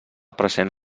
present